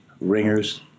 ringers